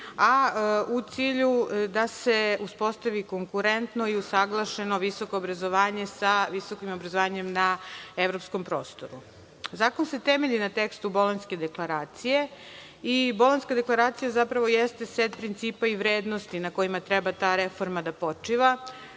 a u cilju da se uspostavi konkurentno i usaglašeno visoko obrazovanje sa visokim obrazovanjem na evropskom prostoru. Zakon se temelji na tekstu Bolonjske deklaracije. Bolonjska deklaracija zapravo jeste set principa i vrednosti na kojima treba ta reforma da počiva.